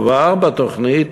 כבר בתוכנית,